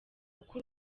uko